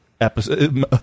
episode